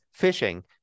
phishing